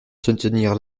soutenir